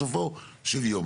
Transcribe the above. בסופו של יום,